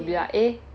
ya